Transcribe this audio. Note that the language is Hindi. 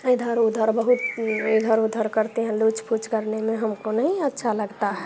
इधर उधर बहुत इधर उधर करते हैं लूच पूच करने में हमको नहीं अच्छा लगता है